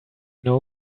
know